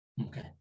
Okay